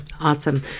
Awesome